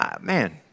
man